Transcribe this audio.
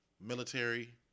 military